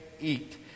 eat